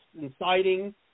inciting